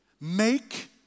Make